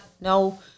No